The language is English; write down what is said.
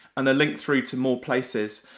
and the link through to more places.